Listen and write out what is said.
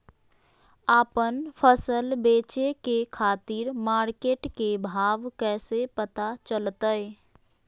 आपन फसल बेचे के खातिर मार्केट के भाव कैसे पता चलतय?